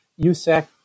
USAC